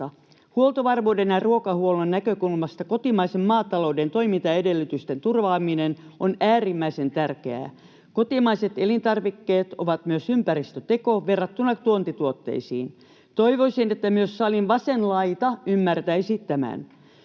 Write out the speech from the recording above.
Huoltovarmuuden ja ruokahuollon näkökulmasta kotimaisen maatalouden toimintaedellytysten turvaaminen on äärimmäisen tärkeää. Kotimaiset elintarvikkeet ovat myös ympäristöteko verrattuna tuontituotteisiin. Toivoisin, että myös salin vasen laita ymmärtäisi tämän.